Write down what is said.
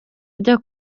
ajya